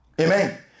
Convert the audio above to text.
Amen